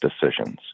decisions